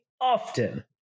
Often